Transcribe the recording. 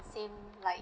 same like